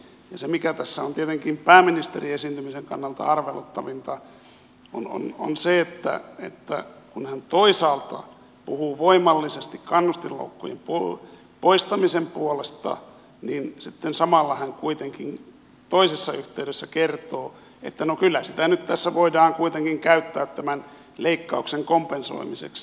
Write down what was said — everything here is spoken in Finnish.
se mikä tässä on tietenkin pääministerin esiintymisen kannalta arveluttavinta on se että kun hän toisaalta puhuu voimallisesti kannustinloukkujen poistamisen puolesta niin sitten samalla hän kuitenkin toisessa yhteydessä kertoo että no kyllä sitä nyt tässä voidaan kuitenkin käyttää tämän leikkauksen kompensoimiseksi